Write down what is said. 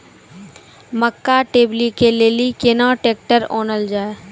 मक्का टेबनी के लेली केना ट्रैक्टर ओनल जाय?